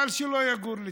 אבל שלא יגור לצידי,